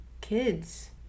kids